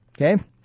Okay